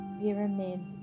pyramid